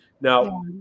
Now